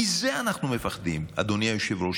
מזה אנחנו מפחדים, אדוני היושב-ראש.